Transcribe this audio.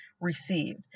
received